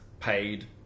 Paid